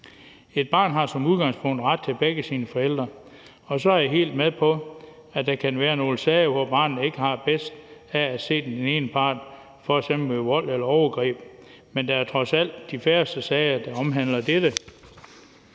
Et barn har som udgangspunkt ret til begge sine forældre, og så er jeg helt med på, at der kan være nogle sager, hvor barnet har bedst af ikke at se den ene part, f.eks. ved vold eller overgreb. Men det er trods alt de færreste sager, der omhandler dette.